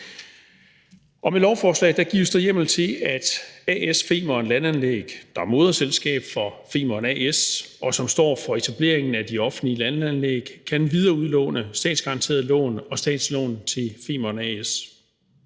Med lovforslaget gives der hjemmel til, at A/S Femern Landanlæg, der er moderselskab for Femern A/S, og som står for etableringen af de offentlige landanlæg, kan videreudlåne statsgaranterede lån og statslån til Femern A/S.